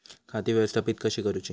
खाती व्यवस्थापित कशी करूची?